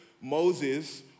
Moses